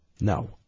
No